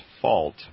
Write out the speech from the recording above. fault